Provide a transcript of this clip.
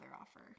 offer